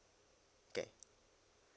okay